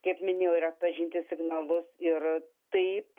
kaip minėjau ir atpažinti signalus ir taip